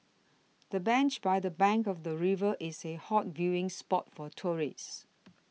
the bench by the bank of the river is a hot viewing spot for tourists